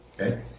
Okay